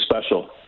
special